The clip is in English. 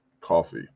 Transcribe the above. coffee